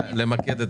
ואיך זה משרת את